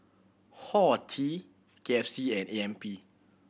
Horti K F C and A M P